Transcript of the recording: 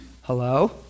Hello